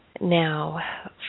Now